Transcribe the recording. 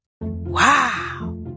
Wow